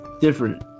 Different